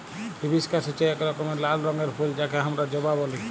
hibiscus হচ্যে এক রকমের লাল রঙের ফুল যাকে হামরা জবা ব্যলি